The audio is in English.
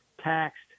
taxed